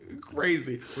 crazy